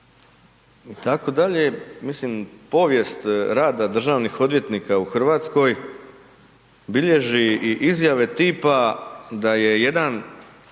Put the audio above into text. itd., mislim povijest rada državnih odvjetnika u Hrvatskoj bilježi i izjave tipa da je jedan